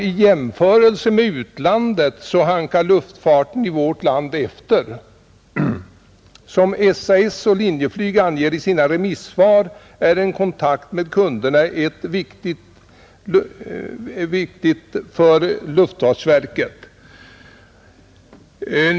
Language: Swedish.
I jämförelse med utlandet hankar luftfarten i vårt land efter. Som SAS och Linjeflyg anger i sina remissvar är kontakten med kunderna viktig för luftfartsverket.